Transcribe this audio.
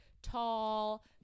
tall